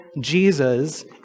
Jesus